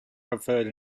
preferred